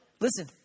listen